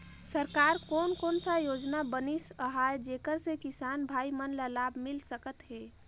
सरकार कोन कोन सा योजना बनिस आहाय जेकर से किसान भाई मन ला लाभ मिल सकथ हे?